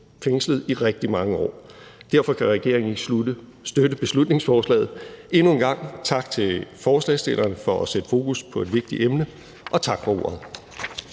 fængslet i rigtig mange år. Derfor kan regeringen ikke støtte beslutningsforslaget. Endnu en gang tak til forslagsstillerne for at sætte fokus på et vigtigt emne, og tak for ordet.